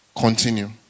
continue